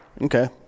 okay